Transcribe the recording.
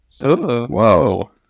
Whoa